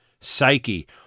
psyche